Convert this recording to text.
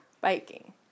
biking